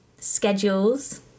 schedules